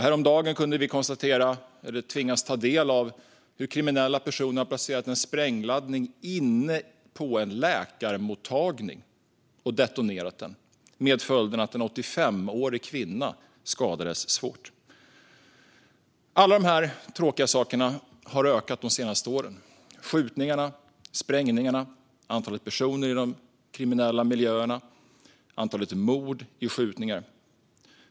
Häromdagen kunde vi konstatera, eller tvingas ta del av, att kriminella personer placerat en sprängladdning inne på en läkarmottagning och detonerat den, med följden att en 85-årig kvinna skadats svårt. Alla de här tråkiga sakerna har ökat de senaste åren: skjutningarna, sprängningarna, antalet personer i de kriminella miljöerna och antalet mord genom skjutningar.